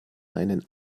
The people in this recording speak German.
einen